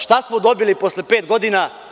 Šta smo dobili posle pet godina?